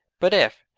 but if,